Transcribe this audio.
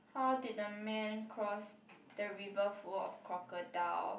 how did the man cross the river full of crocodile